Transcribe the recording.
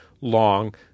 long